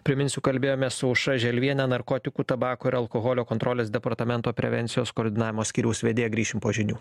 priminsiu kalbėjomės su aušra želvienė narkotikų tabako ir alkoholio kontrolės departamento prevencijos koordinavimo skyriaus vedėja grįšim po žinių